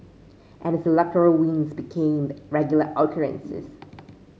and his electoral wins became regular occurrences